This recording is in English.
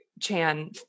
Chan